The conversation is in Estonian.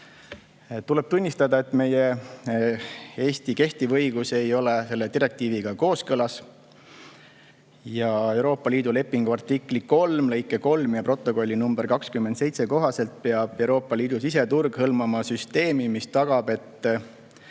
Tuleb tunnistada, et Eesti kehtiv õigus ei ole selle direktiiviga kooskõlas. Euroopa Liidu lepingu artikli 3 lõike 3 ja protokolli nr 27 kohaselt peab Euroopa Liidu siseturg hõlmama süsteemi, mis tagab, et